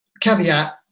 caveat